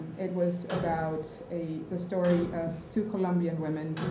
um it was about a the story of two colombian women,